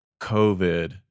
COVID